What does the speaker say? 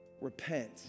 repent